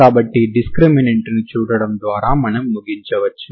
కాబట్టి డిస్క్రిమినెంట్ ను చూడటం ద్వారా మనం ముగించవచ్చు